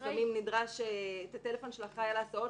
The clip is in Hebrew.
לפעמים נדרש הטלפון של האחראי על ההסעות